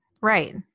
right